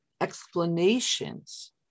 explanations